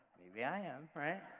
maybe i am, right?